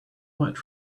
much